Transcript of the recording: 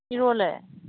ꯏꯔꯣꯜꯂꯦ